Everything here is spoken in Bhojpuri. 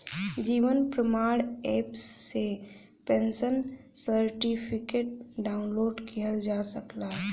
जीवन प्रमाण एप से पेंशनर सर्टिफिकेट डाउनलोड किहल जा सकला